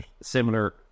similar